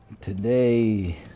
Today